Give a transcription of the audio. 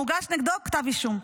מוגש נגדו כתב אישום,